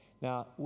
Now